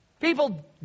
People